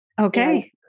Okay